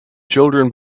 children